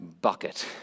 bucket